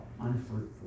Unfruitful